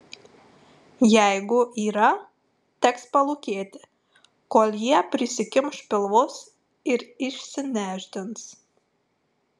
jeigu yra teks palūkėti kol jie prisikimš pilvus ir išsinešdins